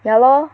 ya lor